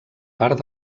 part